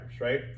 right